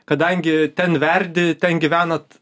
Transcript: kadangi ten verdi ten gyvenat